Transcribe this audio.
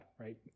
right